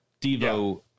Devo